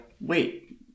Wait